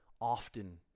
often